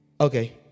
Okay